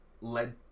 led